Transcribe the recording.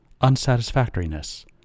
Unsatisfactoriness